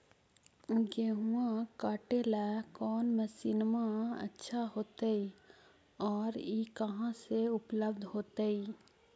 गेहुआ काटेला कौन मशीनमा अच्छा होतई और ई कहा से उपल्ब्ध होतई?